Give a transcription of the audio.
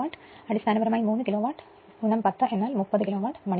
അതിനാൽ അടിസ്ഥാനപരമായി 3 കിലോവാട്ട് 10 എന്നാൽ 30 കിലോവാട്ട് മണിക്കൂർ